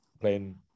playing